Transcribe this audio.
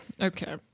Okay